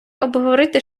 обговорити